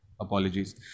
apologies